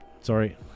sorry